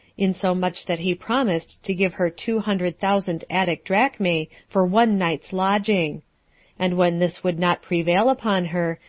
insomuch that he promised to give her two hundred thousand attic drachmae for one night's lodging and when this would not prevail upon her,